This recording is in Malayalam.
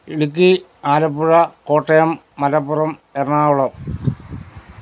ഇടുക്കി ആലപ്പുഴ കോട്ടയം മലപ്പുറം എറണാകുളം